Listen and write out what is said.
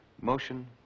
motion